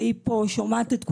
והיא פה שומעת את כולם.